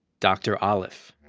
dr. alef.